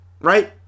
right